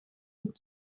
und